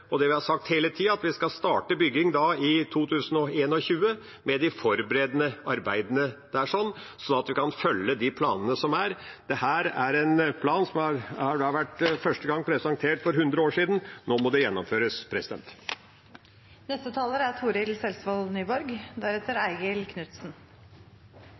og det vi har sagt hele tida, at vi skal starte bygging i 2021, med de forberedende arbeidene, slik at en kan følge den planen. Dette er en plan som ble presentert første gang for hundre år siden. Nå må det gjennomføres. Først av alt vil eg takka statsråden for ei god utgreiing. Det er